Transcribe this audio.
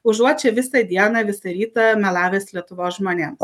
užuot čia visą dieną visą rytą melavęs lietuvos žmonėms